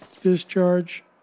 discharge